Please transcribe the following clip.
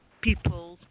people